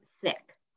sick